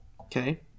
Okay